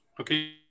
Okay